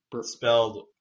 Spelled